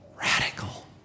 Radical